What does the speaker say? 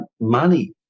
money